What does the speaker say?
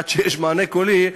עד שיש מענה קולי,